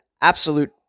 absolute